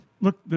look